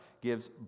gives